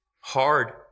hard